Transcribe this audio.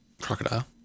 crocodile